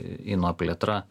ino plėtra